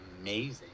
amazing